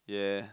ya